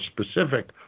specific